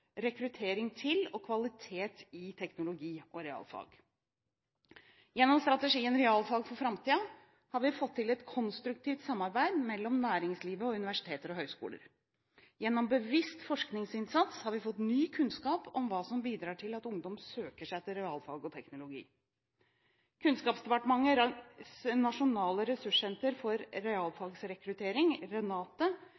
rekruttering til og kvalitet i teknologi- og realfag. Gjennom strategien «Realfag for framtida» har vi fått til et konstruktivt samarbeid mellom næringslivet og universiteter og høyskoler. Gjennom bevisst forskningsinnsats har vi fått ny kunnskap om hva som bidrar til at ungdom søker seg til realfag og teknologi. Kunnskapsdepartementets nasjonale ressurssenter for